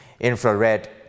Infrared